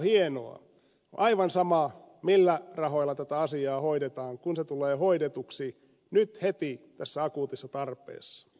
on aivan sama millä rahoilla tätä asiaa hoidetaan kun se tulee hoidetuksi nyt heti tässä akuutissa tarpeessa